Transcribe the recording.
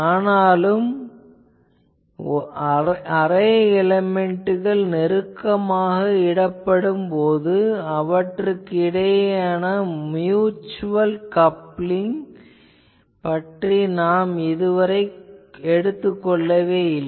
ஆனால் அரே எலேமென்ட்கள் நெருக்கமாக இடப்படும் போது அவற்றுக்கு இடையேயான மியுச்சுவல் கப்ளிங் பற்றி நாம் இதுவரை எடுத்துக் கொள்ளவில்லை